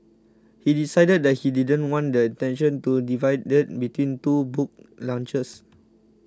he decided that he didn't want the attention to be divided between two book launches